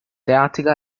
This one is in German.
derartiger